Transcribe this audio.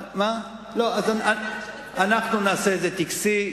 אז אנחנו נעשה את זה טקסי.